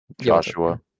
Joshua